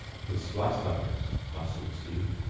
with sliced onions, mustard seed,